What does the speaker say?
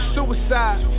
Suicide